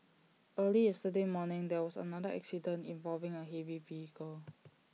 early yesterday morning there was another accident involving A heavy vehicle